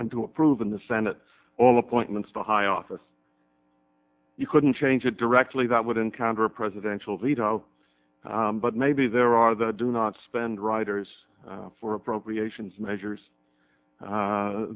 and to approve in the senate all appointments to high office you couldn't change it directly that would encounter a presidential veto but maybe there are the do not spend writers for appropriations measures